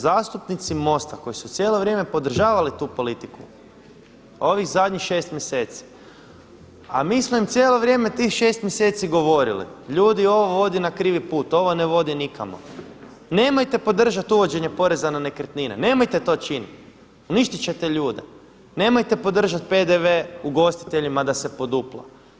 Zato jer zastupnici MOST-a koji su cijelo vrijeme podržavali tu politiku ovih zadnjih šest mjeseci, a mi smo im cijelo vrijeme tih šest mjeseci govorili, ljudi ovo vodi na krivi put, ovo ne vodi nikamo, nemojte podržati uvođenje poreza na nekretnine, nemojte to činiti uništit ćete ljude, nemojte podržati PDV ugostiteljima da se podupla.